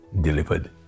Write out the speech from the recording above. delivered